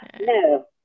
No